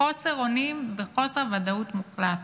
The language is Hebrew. חוסר אונים וחוסר ודאות מוחלט.